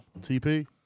TP